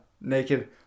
naked